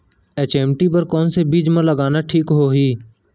HMT बर कौन से बीज मा लगाना ठीक होही?